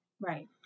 Right